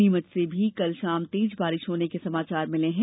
नीमच से भी कल शाम तेज बारिश होने के समाचार मिले हैं